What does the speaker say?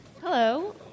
Hello